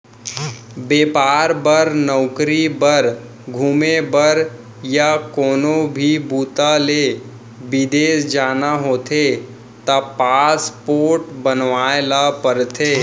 बेपार बर, नउकरी बर, घूमे बर य कोनो भी बूता ले बिदेस जाना होथे त पासपोर्ट बनवाए ल परथे